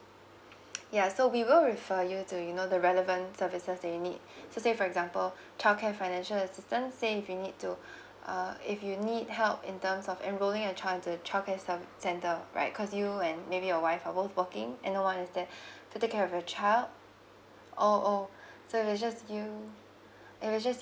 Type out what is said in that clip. ya so we will refer you to you know the relevant services that you need so say for example childcare financial assistance say if you need to uh if you need help in terms of enrolling your child into a childcare ser~ centre right cause you and maybe your wife are both working and no one is there to take care of your child oh oh so it was just you it was just